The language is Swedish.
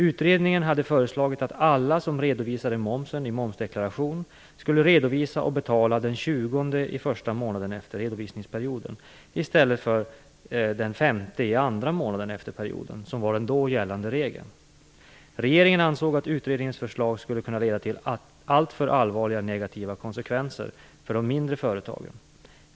Utredningen hade föreslagit att alla som redovisade momsen i momsdeklaration skulle redovisa och betala den 20:e i första månaden efter redovisningsperioden, i stället för den 5:e i andra månaden efter perioden, som var den då gällande regeln. Regeringen ansåg att utredningens förslag skulle kunna leda till alltför allvarliga negativa konsekvenser för de mindre företagen.